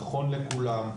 נכון לכולם,